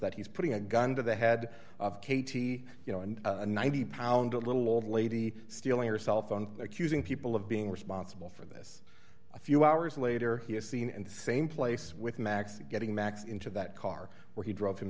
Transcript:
that he's putting a gun to the head of katie you know and a ninety pound a little old lady stealing her cell phone accusing people of being responsible for this a few hours later he is seen and same place with max getting max into that car where he drove him